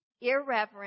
irreverent